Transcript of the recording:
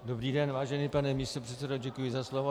Dobrý den, vážený pane místopředsedo, děkuji za slovo.